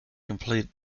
complete